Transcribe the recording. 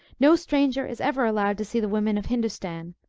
no stranger is ever allowed to see the women of hindostan,